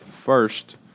first